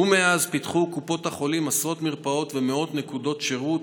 ומאז פתחו קופות החולים עשרות מרפאות ומאות נקודות שירות,